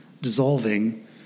dissolving